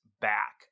back